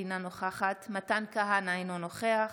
אינה נוכחת מתן כהנא, אינו נוכח